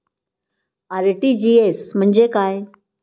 RTGS म्हणजे काय?